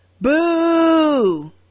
boo